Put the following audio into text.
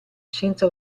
senza